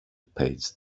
page